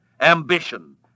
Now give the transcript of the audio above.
ambition